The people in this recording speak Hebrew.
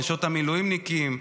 נשות המילואימניקים,